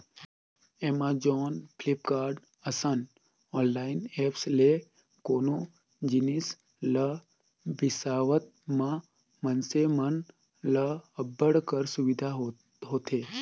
Amazon, Flipkart, असन online apps ले कोनो जिनिस ल बिसावत म मइनसे मन ल अब्बड़ कर सुबिधा होथे